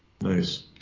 Nice